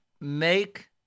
make